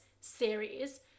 series